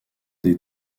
des